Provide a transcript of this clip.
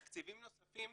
תקציבים נוספים,